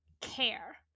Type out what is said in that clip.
care